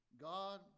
God